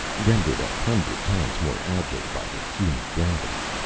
rendered a hundred times more agile by the puny gravity,